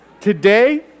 today